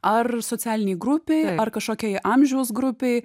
ar socialinei grupei ar kažkokiai amžiaus grupei